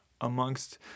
amongst